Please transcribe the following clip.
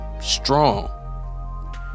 strong